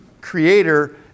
creator